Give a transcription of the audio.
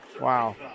Wow